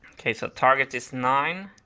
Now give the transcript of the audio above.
okay, so target is nine.